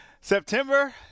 September